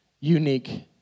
unique